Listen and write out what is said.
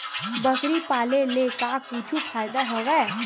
बकरी पाले ले का कुछु फ़ायदा हवय?